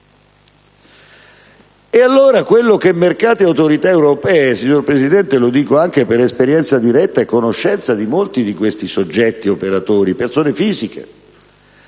palesemente falsi. Mercato e autorità europee - signor Presidente, lo dico anche per esperienza diretta e conoscenza di molti di questi soggetti operatori, persone fisiche